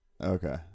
Okay